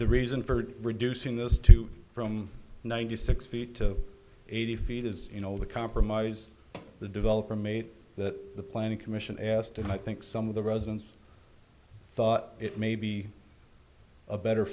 the reason for reducing those two from ninety six feet to eighty feet is you know the compromise the developer made that the planning commission asked and i think some of the residents thought it may be a better